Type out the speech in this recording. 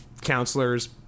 counselors